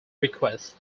request